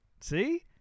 See